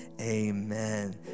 amen